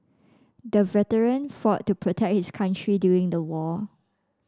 the veteran fought to protect his country during the war